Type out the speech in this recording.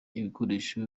ibikoresho